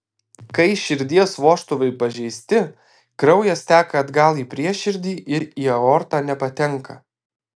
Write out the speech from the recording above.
kai širdies vožtuvai pažeisti kraujas teka atgal į prieširdį ir į aortą nepatenka